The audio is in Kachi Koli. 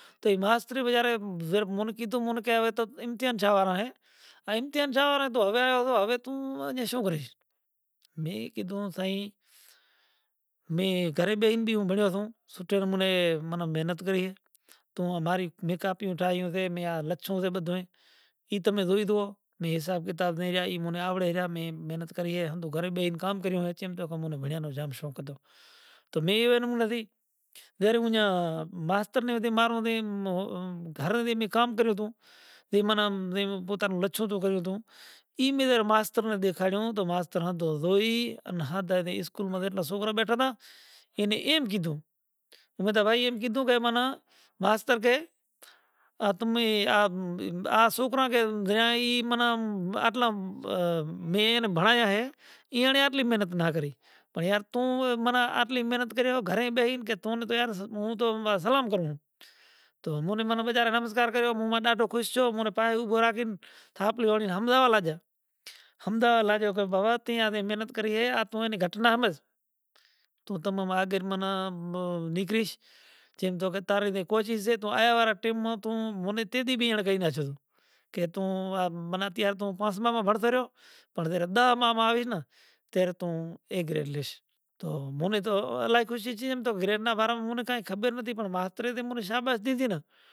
توں ای ماسترے بیچارے مون کیدھوں کہ موں کہہ اوے توں امتحان جاوارا ھے آ امتحان جاوارا ھے ھوے ھوے توں آں شو کریش۔ میں کیدھوں سائیں می میں گھرے بیٹھن بی بھنڑیو شوں تو سوٹھے مونے محنت کرئیے تو اماری بہ کاپیاوں اٹھائوں تھے اے ما لچھوں سے بدھوئین ای تمے جوئی جوں مے حساب کتاب تے ای مونے آوڑے آ محنت کریئے توں گھرے بیہن کام کریو ھے کہ چیم تے امونے بھنڑیا نوں جام شوق ھتو۔ تو اے مورے نتھی تیارے منجھا ماستر تے مارو جے گھرے تھی کام کریوں ھتو تے منم منے پوتا نوں لچھوں تو کریو ھتو ای مار ماستر نے دیکھاڑیوں تو ماستر ھتو زوئی انے ھتا تے اسکول ما ایٹلا سوکرا بیٹھا تھا اینے ایم گھیدوں ودا وائی ایم گھیدوں کے من ماستر کہہ آتمے آ سوکرا کہہ دھائی منم آٹلام بہہ بھنڑایا ھے ایوڑے آٹلی محنت نا کری پر یار تو منا آٹلی محنت کریو گھرے بیہن کے تو نے تو یار موں تو مارو سلام کروں۔ توں مونے من بیچارے نمسکار کریوں موں منا تو خوش شو مونے پاھے ابھو راکھین تھاپڑیوں دئین ھمجھاوا لاگیا۔ ھمجھاوا لاگیوں جے بابا تی آٹلے محنت کریئے آ تو اینی گھٹنا ھمج۔ توں تم مارے گرمی نا نگلیش۔ چیم تو تاری کوشش سہ تو آیا ور ٹئم ما توں موں نے تینتی با ار گئی تھاشوں کہ توں آ منا اتیار توں پاس ما بھنڑتو رہئیو پر تیرا دھ ما آوین تیراتوں اے گریڈ لیش۔ موں نے تو اعلیٰ خوشی چھے ایم تو گریڈ نا باراں موں نے کائیاں خبر نتھی پر مارتھے تہ موں نے شاباشی دیدھی نا۔